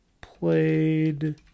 played